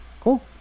cool